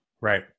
Right